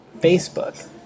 Facebook